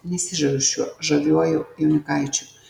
nesižaviu šiuo žaviuoju jaunikaičiu